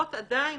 שפתוחות עדיין